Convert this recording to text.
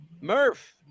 Murph